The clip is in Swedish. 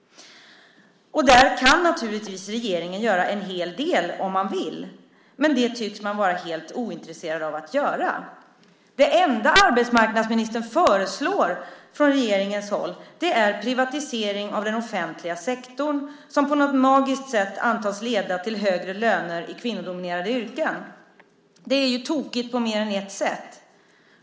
Där kan naturligtvis regeringen göra en hel del om den vill, men det tycks man vara helt ointresserad av att göra. Det enda arbetsmarknadsministern föreslår från regeringens håll är privatisering av den offentliga sektorn, som på något magiskt sätt antas leda till högre löner i kvinnodominerade yrken. Det är ju tokigt på mer än ett sätt.